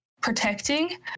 protecting